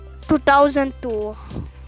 2002